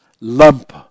lump